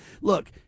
Look